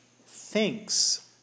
thinks